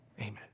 amen